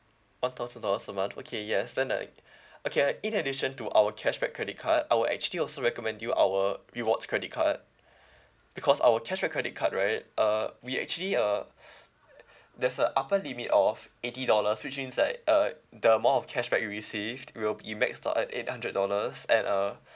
one thousand dollars a month okay yes then uh okay like in addition to our cashback credit card I will actually also recommend you our rewards credit card because our cashback credit card right uh we actually uh there's a upper limit of eighty dollars which means that uh the amount of cashback you receive will be max out at eight hundred dollars and uh